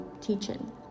teaching